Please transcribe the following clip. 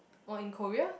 oh in Korea